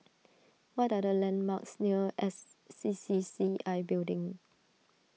what are the landmarks near S C C C I Building